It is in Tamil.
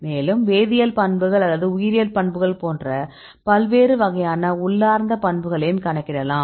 மேலும் வேதியியல் பண்புகள் அல்லது உயிரியல் பண்புகள் போன்ற பல்வேறு வகையான உள்ளார்ந்த பண்புகளையும் கணக்கிடலாம்